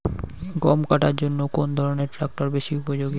গম কাটার জন্য কোন ধরণের ট্রাক্টর বেশি উপযোগী?